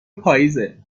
پاییزه